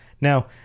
Now